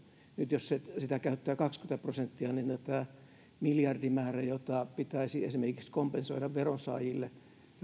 nyt jos sitä käyttää kaksikymmentä prosenttia niin tämä miljardimäärä jota pitäisi esimerkiksi kompensoida veronsaajille